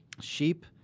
Sheep